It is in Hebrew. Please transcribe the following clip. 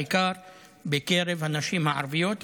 בעיקר בקרב הנשים הערביות,